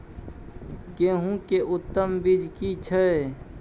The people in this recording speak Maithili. गेहूं के उत्तम बीज की छै?